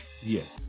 yes